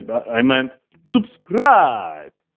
i meant subscribe!